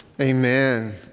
Amen